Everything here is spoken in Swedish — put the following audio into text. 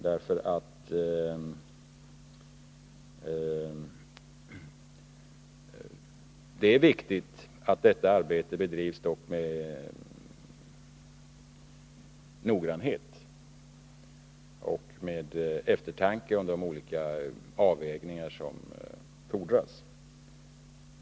Det är nämligen viktigt att detta arbete bedrivs med noggrannhet och eftertanke i samband med de olika avvägningar som måste göras.